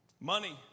money